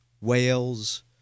whales